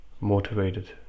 motivated